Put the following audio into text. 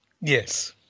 Yes